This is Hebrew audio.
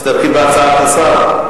מסתפקים בהצעת השר.